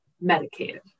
medicated